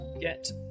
get